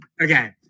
Okay